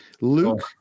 Luke